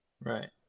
Right